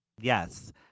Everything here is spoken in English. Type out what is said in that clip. Yes